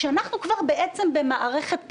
כשאנחנו כבר בעצם במערכת בחירות.